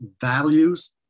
values